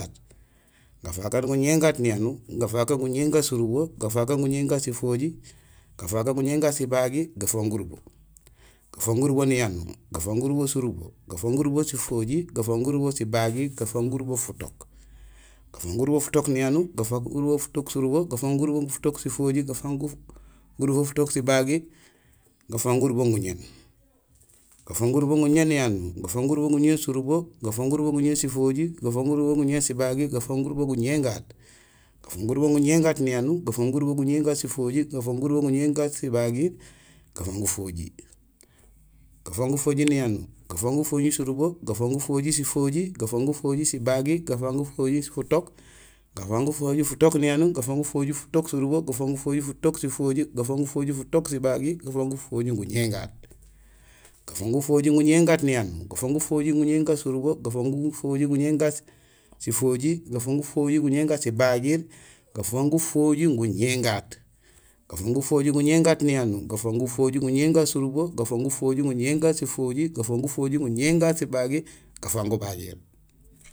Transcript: Gafaak aan guñéén gaat, gafaak aan guñéén gaar niyanuur, gafaak aan guñéén gaat surubo, gafaak aan guñéén gaat sifojiir, gafaak aan guñéén gaat sibagiir, gafang gurubo, gafang gurubo niyanuur, gafang gurubo surubo, gafang gurubo sifojiir, gafang gurubo sibagiir, gafang gurubo futook, gafang gurubo futook niyanuur, gafang gurubo futook surubo, gafang gurubo futook sifojiir, gafang gurubo futook sibagiir, gafang gurubo guñéén, gafang gurubo guñéén niyanuur, gafang gurubo guñéén surubo, gafang gurubo guñéén sifojiir, gafang gurubo guñéén sibagiir, gafang gurubo guñéén gaat, gafang gurubo guñéén gaat niyanuur, gafang gurubo guñéén gaat surubo, gafang gurubo guñéén gaat sifojiir, gafang gurubo guñéén gaat sibagiir, gafang gufojiir, gafang gufojiir niyanuur, gafang gufojiir surubo, gafang gufojiir sifojir, gafang gufojiir sibagiir, gafang gufojiir futook, gafang gufojiir futook niyanuur, gafang gufojiir futook surubo, gafang gufojiir futook sifojiir, gafang gufojiir futook sibagiir, gafang gufojiir guñéén, gafang gufojiir guñéén niyanuur, gafang gufojiir guñéén surubo, gafang gufojiir guñéén sifojiir, gafang gufojiir guñéén sibagiir, gafang gufojiir guñéén gaat, gafang gufojiir guñéén gaat niyanuur, gafang gufojiir guñéén gaat surubo, gafang gufojiir guñéén gaat sifojiir, gafang gufojiir guñéén gaat sibagiir